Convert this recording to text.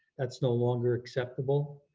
that's no longer acceptable.